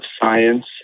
science